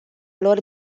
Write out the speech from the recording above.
lor